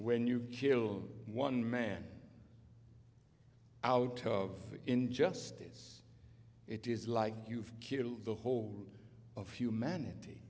when you kill one man out of injustice it is like you've killed the whole of humanity